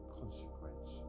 consequence